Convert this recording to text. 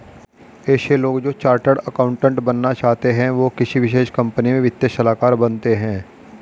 ऐसे लोग जो चार्टर्ड अकाउन्टन्ट बनना चाहते है वो किसी विशेष कंपनी में वित्तीय सलाहकार बनते हैं